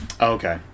Okay